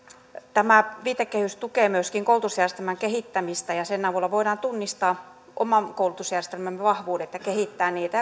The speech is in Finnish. tämä viitekehys tukee myöskin koulutusjärjestelmän kehittämistä ja sen avulla voimme tunnistaa oman koulutusjärjestelmämme vahvuudet ja kehittää niitä